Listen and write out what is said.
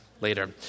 later